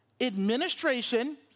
administration